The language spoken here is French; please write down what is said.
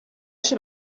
chez